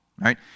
right